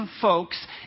folks